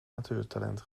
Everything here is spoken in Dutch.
natuurtalent